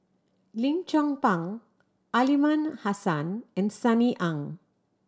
Lim Chong Pang Aliman Hassan and Sunny Ang